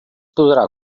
podrà